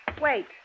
Wait